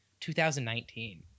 2019